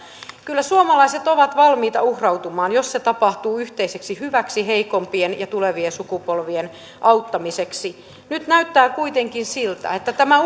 kyllä suomalaiset ovat valmiita uhrautumaan jos se tapahtuu yhteiseksi hyväksi heikompien ja tulevien sukupolvien auttamiseksi nyt näyttää kuitenkin siltä että tämä